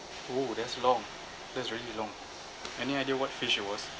oo that's long that's really long any idea what fish it was